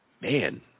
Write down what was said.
man –